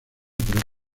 pero